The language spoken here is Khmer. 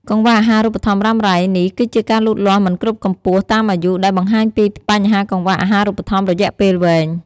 កង្វះអាហារូបត្ថម្ភរ៉ាំរ៉ៃ នេះគឺជាការលូតលាស់មិនគ្រប់កម្ពស់តាមអាយុ ដែលបង្ហាញពីបញ្ហាកង្វះអាហារូបត្ថម្ភរយៈពេលវែង។